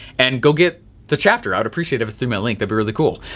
and go get the chapter. i would appreciate if it's through my link, they'd be really cool.